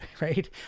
right